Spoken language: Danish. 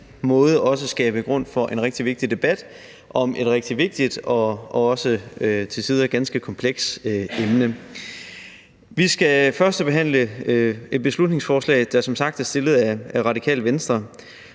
måde også skabe grundlag for en rigtig vigtig debat om et rigtig vigtigt og også til tider ganske komplekst emne. Vi skal førstebehandle et beslutningsforslag, der som sagt er fremsat af Radikale Venstre,